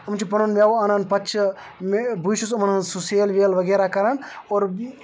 یم چھِ پَنُن میوٕ اَنان پَتہٕ چھِ مےٚ بٕے چھُس یِمَن سُہ سیل ویل وغیرہ کَران اور